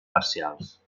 parcials